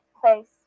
place